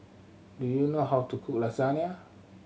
do you know how to cook Lasagne